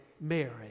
Mary